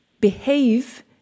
behave